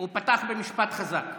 הוא פתח במשפט חזק.